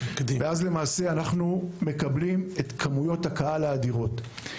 ואז קיבלנו את כמויות הקהל האדירות.